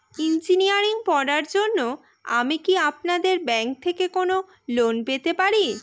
Engineering পড়ার জন্য আমি কি আপনাদের ব্যাঙ্ক থেকে কোন লোন পেতে পারি?